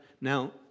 now